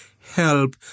help